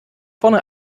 vorne